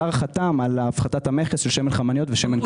השר חתם על הפחתת המכס לשמן חמניות ושמן קנולה.